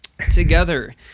Together